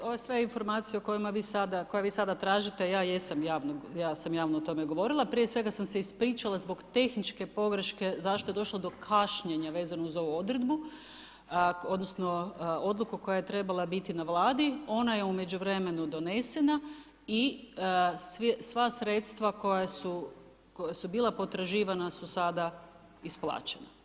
Gledajte, ove sve informacije o kojima vi sada, koje vi sada tražite, ja jesam, ja sam javno o tome govorila, prije svega sam se ispričala zbog tehničke pogreške, zašto je došlo do kašnjenja vezanu uz ovu odredbu, odnosno, odluku koja je trebala biti na vladi, ona je u međuvremenu donesena i sva sredstva koja su bila potraživana su sada isplaćena.